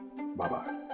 Bye-bye